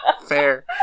fair